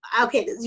okay